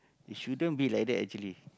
it shouldn't be like that actually